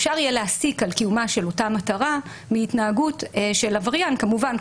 אפשר יהיה להסיק על קיומה של אותה מטרה מהתנהגות של עבריין כמובן,